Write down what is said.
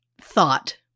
thought